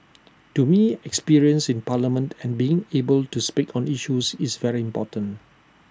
to me experience in parliament and being able to speak on issues is very important